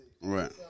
Right